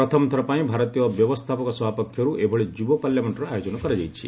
ପ୍ରଥମଥର ପାଇଁ ଭାରତୀୟ ବ୍ୟବସ୍ଥାପକ ସଭା ପକ୍ଷରୁ ଏଭଳି କମନଓ୍ୱେଲ୍ଥ ୟୁଥ୍ ପାର୍ଲାମେଣ୍ଟର ଆୟୋଜନ କରାଯାଇଛି